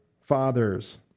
fathers